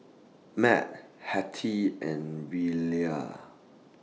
Mat Hattie and Rilla